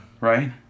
Right